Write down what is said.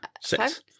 six